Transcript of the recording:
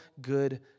good